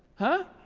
huh?